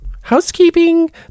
housekeeping